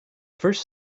first